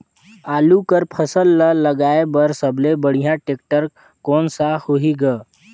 आलू कर फसल ल लगाय बर सबले बढ़िया टेक्टर कोन सा होही ग?